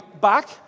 back